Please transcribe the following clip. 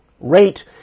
rate